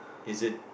is it